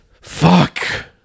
Fuck